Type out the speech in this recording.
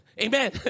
Amen